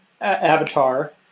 Avatar